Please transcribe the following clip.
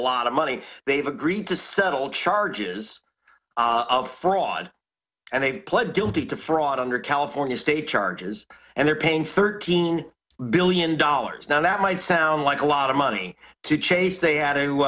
lot of money they've agreed to settle charges of fraud and they've pled guilty to fraud under california state charges and they're paying thirteen billion dollars now that might sound like a lot of money to chase they had